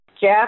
Jeff